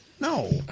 No